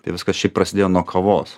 tai viskas šiaip prasidėjo nuo kavos